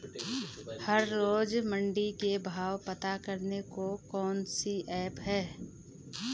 हर रोज़ मंडी के भाव पता करने को कौन सी ऐप है?